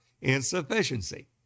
insufficiency